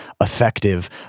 effective